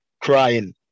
crying